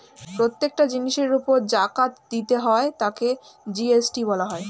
প্রত্যেকটা জিনিসের উপর জাকাত দিতে হয় তাকে জি.এস.টি বলা হয়